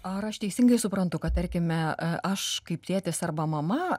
ar aš teisingai suprantu kad tarkime aš kaip tėtis arba mama